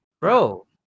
Bro